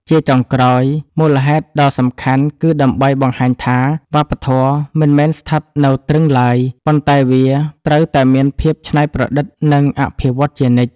ជាចុងក្រោយ មូលហេតុដ៏សំខាន់គឺដើម្បីបង្ហាញថា វប្បធម៌មិនមែនស្ថិតនៅទ្រឹងឡើយ ប៉ុន្តែវាត្រូវតែមានការច្នៃប្រឌិត និងអភិវឌ្ឍជានិច្ច។